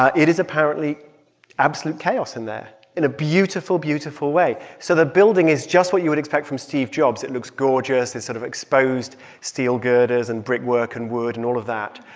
ah it is apparently absolute chaos in there in a beautiful, beautiful way. so the building is just what you would expect from steve jobs. it looks gorgeous. it's sort of exposed steel girders and brickwork and wood and all of that.